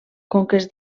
conques